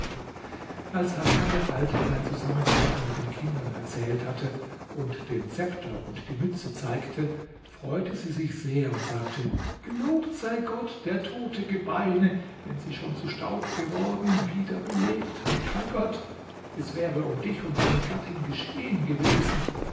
als hasan der alten sein zusammentreffen mit den kindern erzählt hatte und den zepter und die mütze zeigte freute sie sich sehr und sagte gelobt sei gott der tote gebeine wenn sie schon zu staub geworden wieder belebt bei gott es wäre um dich und deine gattin geschehen gewesen